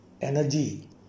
energy